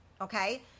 okay